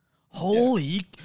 Holy